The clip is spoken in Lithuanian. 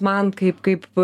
man kaip kaip